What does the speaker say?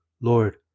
Lord